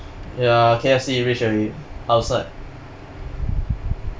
ya K_F_C reach already outside